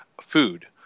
food